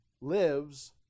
lives